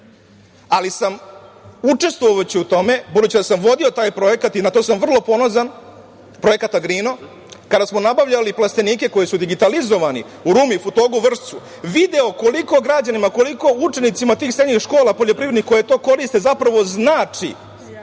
Ali sam učestvujući u tome, budući da sam vodio taj projekat i na to sam vrlo ponosan, projekat „Agrino“ kada smo nabavljali plastenike koji su digitalizovani u Rumi, Futogu, Vršcu, video koliko građanima, učenicima tih srednjih škola poljoprivrednih, koliko im to znači